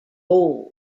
old